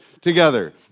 together